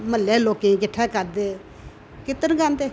म्हल्ले लोकें गी किट्ठा करदे कीर्तन गांदे